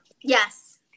Yes